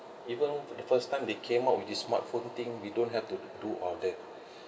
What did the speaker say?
even though the first time they came out with this smartphone thing we don't have to do all that